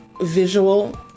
visual